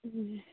ಹ್ಞೂ